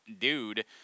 Dude